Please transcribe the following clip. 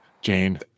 Jane